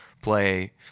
play